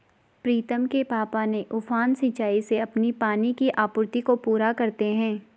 प्रीतम के पापा ने उफान सिंचाई से अपनी पानी की आपूर्ति को पूरा करते हैं